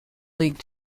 league